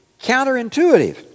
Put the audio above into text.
counterintuitive